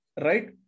right